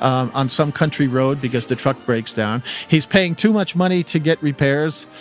um on some country road because the truck breaks down. he's paying too much money to get repairs.